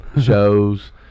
shows